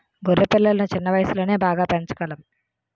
గొర్రె పిల్లలను చిన్న వయసులోనే బాగా పెంచగలం